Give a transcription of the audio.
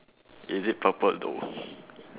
is it purple though